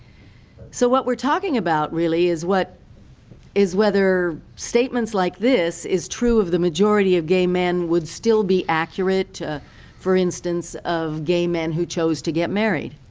so what we're talking about, really, is what is whether statements like this is true of the majority of gay men would still be accurate, for instance, of gay men who chose to get married.